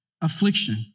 affliction